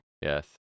yes